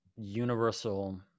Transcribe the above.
universal